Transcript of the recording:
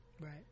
Right